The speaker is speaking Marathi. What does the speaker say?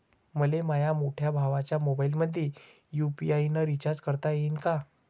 मले माह्या मोठ्या भावाच्या मोबाईलमंदी यू.पी.आय न रिचार्ज करता येईन का?